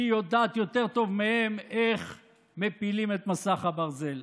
יודעת טוב יותר איך מפילים את מסך הברזל.